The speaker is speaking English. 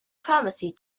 pharmacy